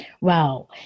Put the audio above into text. Wow